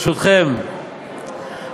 ברשותכם,